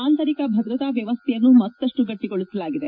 ಆಂತರಿಕ ಭದ್ರತಾ ವ್ಲವಸ್ತೆಯನ್ನು ಮತ್ತಷ್ಟು ಗಟ್ಟಗೋಸಲಾಗಿದೆ